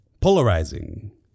Polarizing